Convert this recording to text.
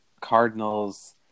Cardinals